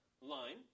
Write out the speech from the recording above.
line